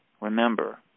Remember